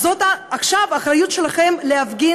אז זאת עכשיו האחריות שלכם להפגין